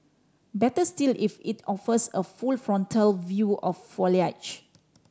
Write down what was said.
better still if it offers a full frontal view of foliage